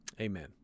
Amen